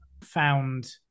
found